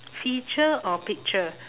feature or picture